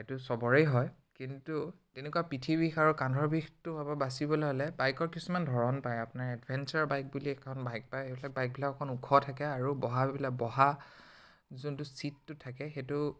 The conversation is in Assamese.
এইটো চবৰে হয় কিন্তু তেনেকুৱা পিঠি বিষ বা কান্ধৰ বিষটোৰ পৰা বাচিবলৈ হ'লে বাইকৰ কিছুমান ধৰণ পায় আপোনাৰ এডভেঞ্চাৰ বাইক বুলি এখন বাইক আছে সেইবিলাক বাইকবিলাক অলপমান ওখ থাকে আৰু বহাবিলাক বহা যোনটো ছিটটো থাকে সেইটো